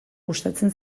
gustatzen